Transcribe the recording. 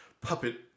puppet